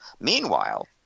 Meanwhile